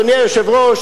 אדוני היושב-ראש,